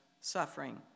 suffering